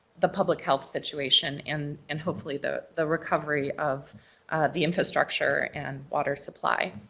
the public health situation and and hopefully the the recovery of the infrastructure and water supply.